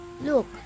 Look